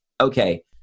okay